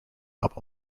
album